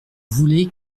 voulez